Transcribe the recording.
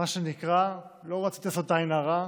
מה שנקרא לא רציתי לעשות עין הרע,